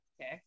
Okay